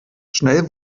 schnell